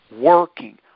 working